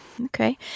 Okay